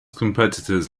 competitors